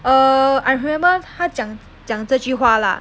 err I remember 她讲讲这句话 lah